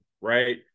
right